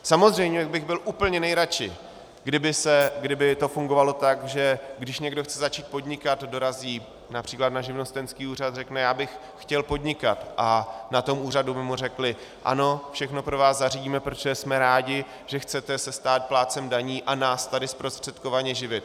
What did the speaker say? Samozřejmě bych byl úplně nejradši, kdyby to fungovalo tak, že když někdo chce začít podnikat, dorazí například na živnostenský úřad, řekne, já bych chtěl podnikat, a na tom úřadu by mu řekli ano, všechno pro vás zařídíme, protože jsme rádi, že se chcete stát plátcem daní a nás tady zprostředkovaně živit.